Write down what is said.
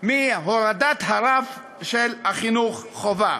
מהורדת הרף של חינוך חובה.